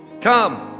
come